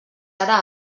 ara